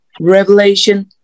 Revelation